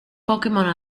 pokémon